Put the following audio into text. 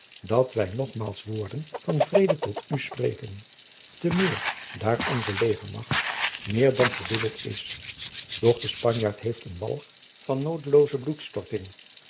dat wij nogmaals woorden van vrede tot u spreken te meer daar onze legermacht meer dan verdubbeld is doch de spanjaard heeft een walg van noodelooze bloedstorting